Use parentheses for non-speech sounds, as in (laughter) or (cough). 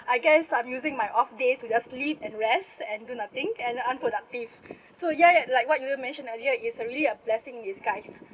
I guess I'm using my off days to just sleep and rest and do nothing and unproductive (breath) so ya ya like what you mentioned earlier it's a really a blessing in disguise